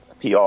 PR